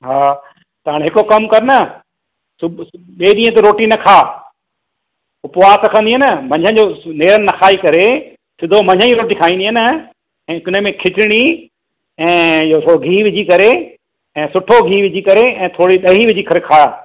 हा त हाणे हिकिड़ो कमु करि न सुब ॿिए ॾींहं ते रोटी न खाउ उपवास रखंदीअ न मंझंदि जो नेरनि न खाई करे सिधो मंझंदि जी रोटी खाईंदी न ऐं हुन में खिचड़ी ऐं इहो थोरो गीहु विझी करे ऐं सुठो गीहु विझी करे थोरी ॾही विझी करे खाउ